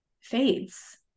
fades